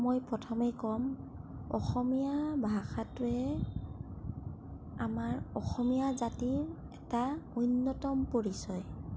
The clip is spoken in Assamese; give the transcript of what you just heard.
মই প্ৰথমেই ক'ম অসমীয়া ভাষাটোৱে আমাৰ অসমীয়া জাতিৰ এটা অন্যতম পৰিচয়